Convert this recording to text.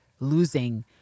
Losing